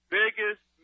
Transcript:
biggest